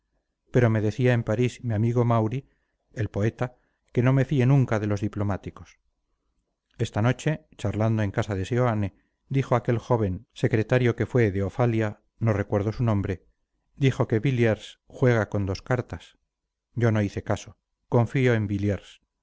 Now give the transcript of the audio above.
pero me decía en parís mi amigo maury el poeta que no me fíe nunca de los diplomáticos esta noche charlando en casa de seoane dijo aquel joven secretario que fue de ofalia no recuerdo su nombre dijo que williers juega con dos cartas yo no hice caso confío en williers